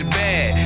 bad